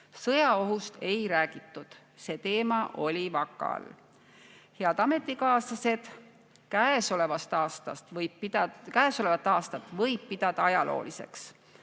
Sõjaohust ei räägitud, see teema oli vaka all. Head ametikaaslased! Käesolevat aastat võib pidada ajalooliseks.